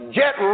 get